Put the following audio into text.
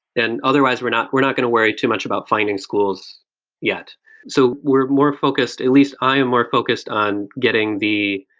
and otherwise, we're not we're not going to worry too much about finding schools yet so we're more focused, at least i am more focused on getting the